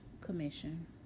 commission